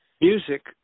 music